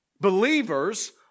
Believers